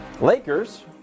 Lakers